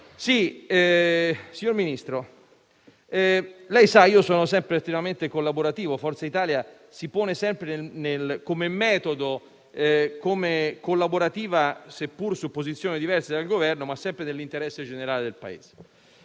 Signor Ministro, lei sa che io sono sempre estremamente collaborativo e che Forza Italia si pone sempre come metodo in modo collaborativo e, seppure su posizioni diverse dal Governo, sempre nell'interesse generale del Paese.